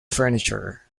furniture